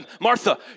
Martha